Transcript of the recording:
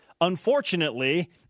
Unfortunately